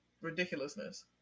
Ridiculousness